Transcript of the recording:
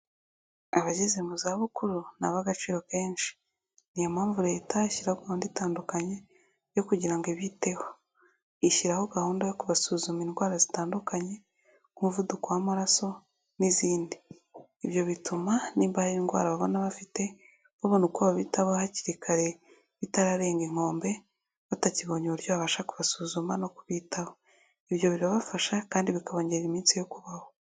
Abageze mu zabukuru ni abagaciro kenshi. Ni yo mpamvu Leta ishyiraho gahunda itandukanye yo kugira ngo ibiteho. Ishyiraho gahunda yo kubasuzuma indwara zitandukanye nk'umuvuduko w'amaraso n'izindi. Ibyo bituma nimba hari indwara babona bafite babona uko babitaho hakiri kare bitararenga inkombe, batakibonye uburyo babasha kubasuzuma no kubitaho. Ibyo birabafasha kandi bikabongera iminsi yo kubaho.